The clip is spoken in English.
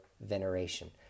veneration